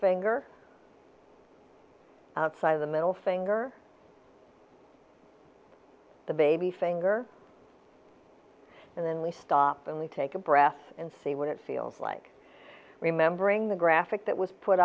finger side of the middle finger the baby finger and then we stop and take a breath and see what it feels like remembering the graphic that was put